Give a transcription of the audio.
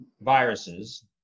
viruses